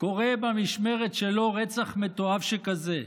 קורה במשמרת שלו רצח מתועב שכזה,